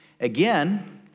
Again